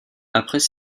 après